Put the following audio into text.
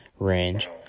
Range